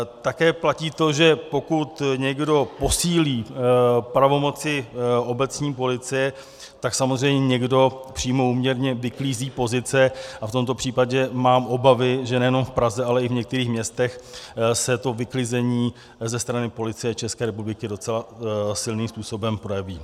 Také platí to, že pokud někdo posílí pravomoci obecní policie, tak samozřejmě někdo přímo úměrně vyklízí pozice, a v tomto případě mám obavy, že nejenom v Praze, ale i v některých městech se to vyklizení ze strany Policie České republiky docela silným způsobem projeví.